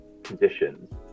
conditions